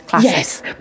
yes